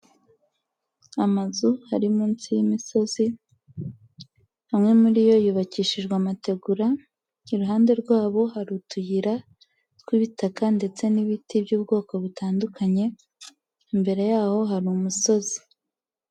Amazu ari munsi y'imisozi, amwe muri yo yubakishijwe amategura, iruhande rwabo hari utuyira tw'ibitaka ndetse n'ibiti by'ubwoko butandukanye, imbere yaho hari umusozi.